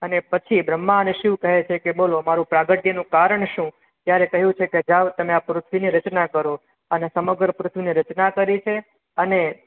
અને પછી બ્રહ્મા અને શિવ કહે છે કે બોલો મારું પ્રાગટ્યનું કારણ શું ત્યારે કહ્યું છે કે જાઓ તમે આ પૃથ્વીની રચના કરો અને સમગ્ર પૃથ્વીની રચના કરી છે અને